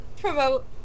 promote